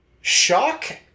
shock